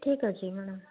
ଠିକ୍ ଅଛି ମ୍ୟାଡ଼ାମ୍